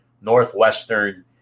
Northwestern